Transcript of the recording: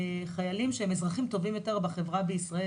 חיילים שהם גם אזרחים טובים יותר בחברה בישראל.